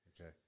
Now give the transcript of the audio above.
okay